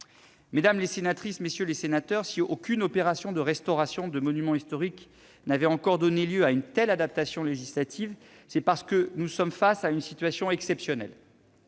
Mesdames les sénatrices, messieurs les sénateurs, si aucune opération de restauration de monument historique n'avait encore donné lieu à une telle adaptation législative, c'est parce que nous sommes face à une situation exceptionnelle.